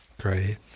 Great